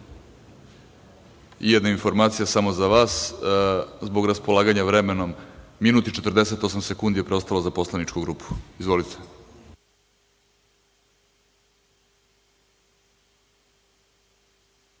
Bećiri. Jedna informacija samo za vas, zbog raspolaganja vremenom, minut i 48 sekundi je preostalo za poslaničku grupu. Izvolite.